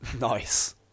Nice